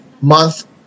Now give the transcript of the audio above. month